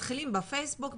מתחילים בפייסבוק,